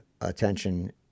attention